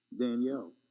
Danielle